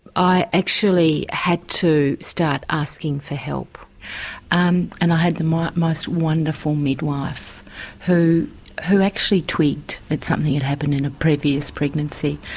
i actually had to start asking for help um and i had the most most wonderful midwife who who actually twigged that something had happened in a previous pregnancy.